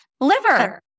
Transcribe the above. Liver